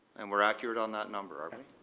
and we're accurate on that number, are we?